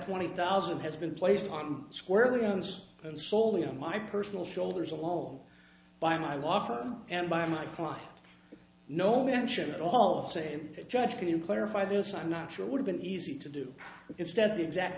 twenty thousand has been placed on squarely rounds and slowly on my personal shoulders alone by my law firm and by my client no mention at all of a judge can clarify this i'm not sure would have been easy to do instead the exact